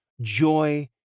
joy